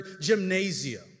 gymnasium